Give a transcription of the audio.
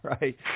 right